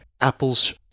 apples